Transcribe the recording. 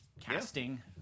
casting